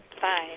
bye